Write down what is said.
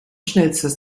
schnellste